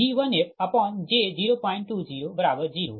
V1fj0200 ठीक